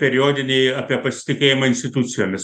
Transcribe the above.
periodiniai apie pasitikėjimą institucijomis